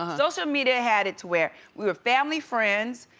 so so media had it to where we were family friend's.